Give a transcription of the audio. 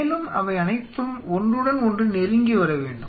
மேலும் அவை அனைத்தும் ஒன்றுடன் ஒன்று நெருங்கி வர வேண்டும்